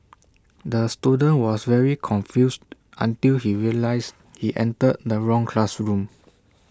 the student was very confused until he realised he entered the wrong classroom